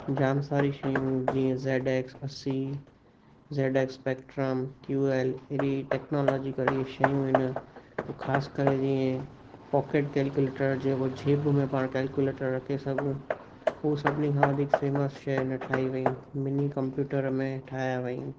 जाम सारी शयूं जीअं ज़ैड एक्स असीं Z X spectrum Q L technology करी शयूं आहिनि उहो ख़ासि करे जीअं पॉकेट कैलकुलेटर जीअं उहो छेब में पाण कैलकुलेटर रखे सघूं हुओ सभिनी खां वधीक फेमस शइ हिन ठई वियूं मिनी कंप्यूटर में ठाहिया हुई